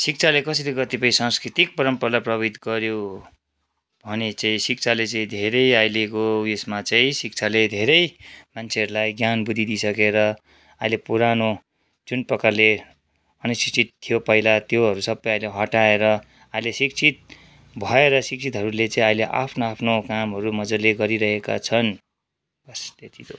शिक्षाले कसरी कतिपय सांस्कृतिक परम्परालाई प्रभावित गऱ्यो भने चाहिँ शिक्षाले चाहिँ धेरै अहिलेको उयेसमा चाहिँ शिक्षाले धेरै मान्छेहरूलाई ज्ञान बुद्धि दिइसकेर अहिले पुरानो जुन प्रकारले अनुशिक्षित थियो पहिला त्योहरू सबै अहिले हटाएर अहिले शिक्षित भएर शिक्षितहरूले चाहिँ अहिले आफ्नो आफ्नो कामहरू मज्जाले गरिरहेका छन् बस त्यति त हो